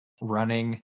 running